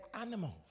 animals